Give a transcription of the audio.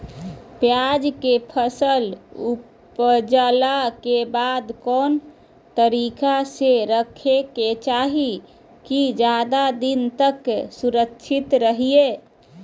प्याज के फसल ऊपजला के बाद कौन तरीका से रखे के चाही की ज्यादा दिन तक सुरक्षित रहय?